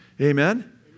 Amen